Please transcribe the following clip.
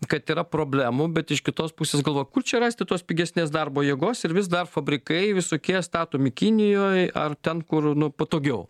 kad yra problemų bet iš kitos pusės galvoja kur čia rasti tos pigesnės darbo jėgos ir vis dar fabrikai visokie statomi kinijoj ar ten kur nu patogiau